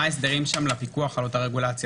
מה ההסדרים לפיקוח על אותה רגולציה,